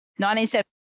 1970